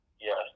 Yes